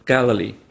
Galilee